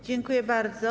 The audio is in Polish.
Dziękuję bardzo.